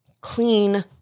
clean